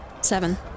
Seven